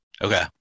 Okay